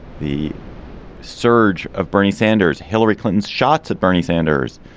the surge of bernie sanders, hillary clinton's shots at bernie sanders.